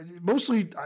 Mostly